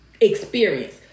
experience